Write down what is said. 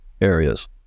areas